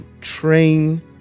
train